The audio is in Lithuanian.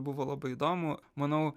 buvo labai įdomu manau